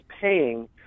paying